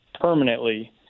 permanently